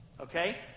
Okay